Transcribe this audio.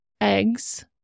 eggs